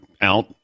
out